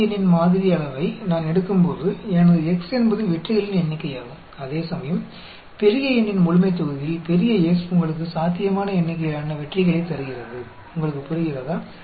சிறிய n இன் மாதிரி அளவை நான் எடுக்கும்போது எனது x என்பது வெற்றிகளின் எண்ணிக்கையாகும் அதேசமயம் பெரிய N இன் முழுமைத்தொகுதியில் பெரிய S உங்களுக்கு சாத்தியமான எண்ணிக்கையிலான வெற்றிகளைத் தருகிறது உங்களுக்குப் புரிகிறதா